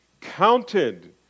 counted